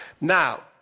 Now